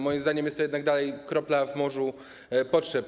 Moim zdaniem jest to jednak dalej kropla w morzu potrzeb.